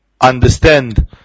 understand